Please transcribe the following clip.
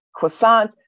croissants